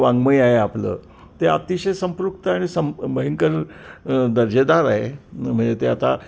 वाङ्मय आहे आपलं ते अतिशय संपृक्त आणि सं भयंकर दर्जेदार आहे म्हणजे ते आता